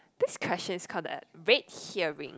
this question is called the red herring